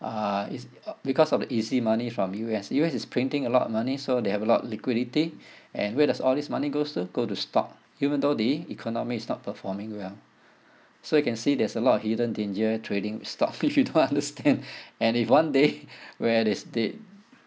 uh it's uh because of the easy money from U_S U_S is printing a lot of money so they have a lot of liquidity and where does all this money goes to go to stock even though the economy is not performing well so you can see there's a lot of hidden danger trading stock which you don't understand and if one day where they stayed